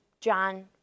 John